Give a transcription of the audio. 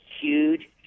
huge